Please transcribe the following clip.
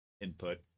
Input